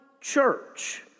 church